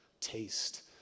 taste